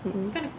mm mm